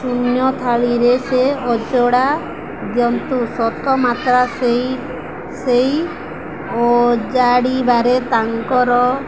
ଶୂନ୍ୟଥାଳିରେ ସେ ଅଜଡ଼ା ଜନ୍ତୁ ସତ ମାତ୍ରା ସେଇ ସେଇ ଓଜାଡ଼ିବାରେ ତାଙ୍କର